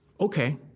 Okay